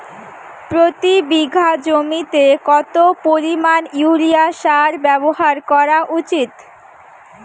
প্রতি বিঘা জমিতে কত পরিমাণ ইউরিয়া সার ব্যবহার করা উচিৎ?